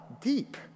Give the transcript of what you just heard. deep